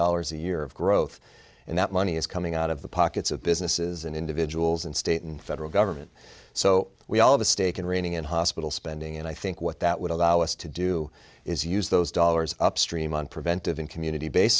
dollars a year of growth and that money is coming out of the pockets of businesses and individuals and state and federal government so we all of a stake in reining in hospital spending and i think what that would allow us to do is use those dollars upstream on preventive in community based